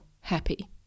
happy